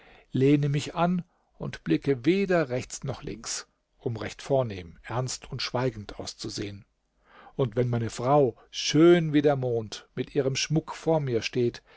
lehne mich an und blicke weder rechts noch links um recht vornehm ernst und schweigend auszusehen und wenn meine frau schön wie der mond mit ihrem schmuck vor mir steht